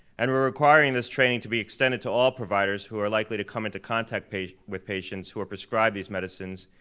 and we're requiring this training to be extended to all providers who are likely to come into contact with patients who are prescribed these medicines,